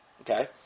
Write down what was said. Okay